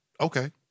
Okay